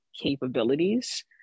capabilities